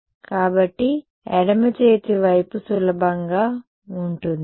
కాబట్టి ఎడమ చేతి వైపు సులభంగా ఉంటుంది